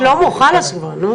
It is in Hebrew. שלמה, אתה חושב שאני לא רואה?